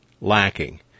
lacking